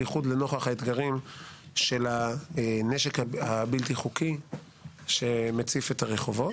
בייחוד לנוכח האתגרים של הנשק הבלתי חוקי שמציף את הרחובות,